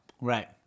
right